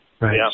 right